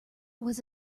was